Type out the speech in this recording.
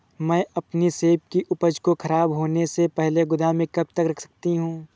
मैं अपनी सेब की उपज को ख़राब होने से पहले गोदाम में कब तक रख सकती हूँ?